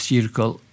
Circle